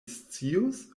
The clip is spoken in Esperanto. scius